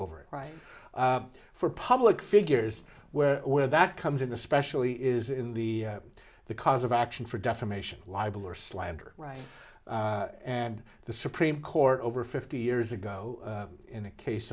over it right for public figures where where that comes in especially is in the the cause of action for defamation libel or slander right and the supreme court over fifty years ago in a case